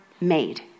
made